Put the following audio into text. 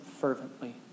fervently